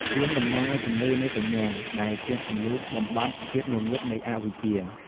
ទៀន តំណាងឱ្យពន្លឺនៃបញ្ញា ដែលជះពន្លឺបំបាត់ភាពងងឹតនៃអវិជ្ជា។